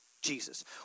Jesus